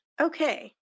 Okay